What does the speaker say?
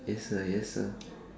yes sir yes sir